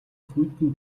хүйтэн